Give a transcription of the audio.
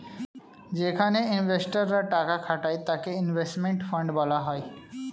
যেখানে ইনভেস্টর রা টাকা খাটায় তাকে ইনভেস্টমেন্ট ফান্ড বলা হয়